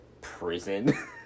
prison